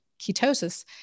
ketosis